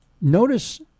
Notice